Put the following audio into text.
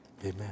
Amen